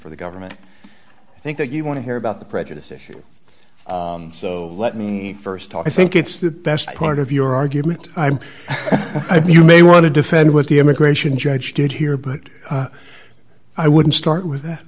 for the government i think that you want to hear about the prejudice issue so let me st talk i think it's the best part of your argument you may want to defend what the immigration judge did here but i wouldn't start with that